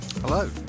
Hello